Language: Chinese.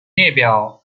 列表